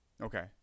Okay